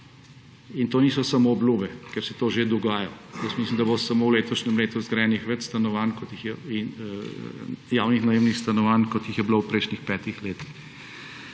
In to niso samo obljube, ker si to že dogaja. Jaz mislim, da bo samo v letošnjem letu zgrajenih več javnih najemnih stanovanj, kot jih je bilo v prejšnjih petih letih.